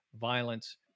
violence